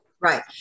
Right